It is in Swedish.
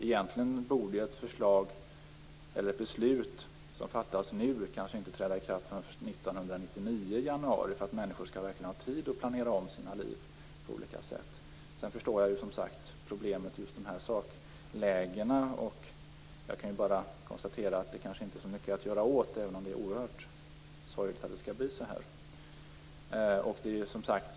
Egentligen borde ett beslut som fattas nu kanske inte träda i kraft förrän i januari 1999 för att människor verkligen skall ha tid att planera om sina liv på olika sätt. Sedan förstår jag ju som sagt problemet i just dessa saklägen. Jag kan bara konstatera att det kanske inte finns så mycket att göra åt detta, även om det är oerhört sorgligt att det skall bli på detta sätt.